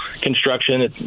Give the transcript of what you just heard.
construction